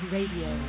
Radio